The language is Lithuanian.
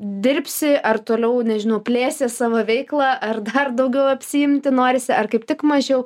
dirbsi ar toliau nežinau plėsi savo veiklą ar dar daugiau apsiimti norisi ar kaip tik mažiau